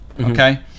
okay